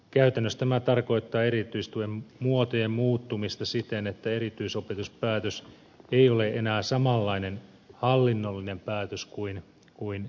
käytännössä tämä tarkoittaa erityistuen muotojen muuttumista siten että erityisopetuspäätös ei ole enää samanlainen hallinnollinen päätös kuin nykyään